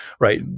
right